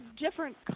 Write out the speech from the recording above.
different